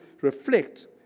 reflect